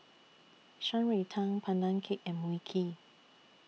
Shan Rui Tang Pandan Cake and Mui Kee